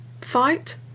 fight